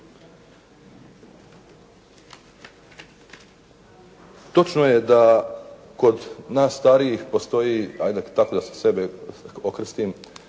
Točno je da kod nas starijih postoji, ajde tako da sebe okrstim,